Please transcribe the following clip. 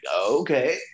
okay